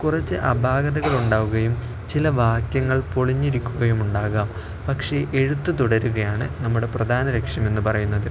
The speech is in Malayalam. കുറച്ച് അപാകതകള് ഉണ്ടാവുകയും ചില വാക്യങ്ങൾ പൊളിഞ്ഞിരിക്കുകയും ഉണ്ടാകാം പക്ഷെ എഴുത്ത് തുടരുകയാണ് നമ്മുടെ പ്രധാന ലക്ഷ്യമെന്ന് പറയുന്നത്